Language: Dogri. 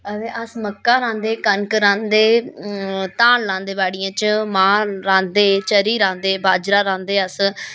ते अस मक्कां रांह्दे कनक रांह्दे धान लांदे बाड़ियें बिच्च मांह् रांह्दे चर्री रांह्दे बाजरा रांह्दे अस